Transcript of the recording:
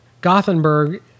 Gothenburg